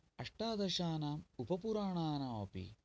अष्टादशानाम् उपपुराणाणामपि